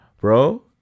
Bro